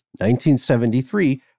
1973